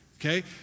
okay